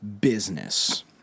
business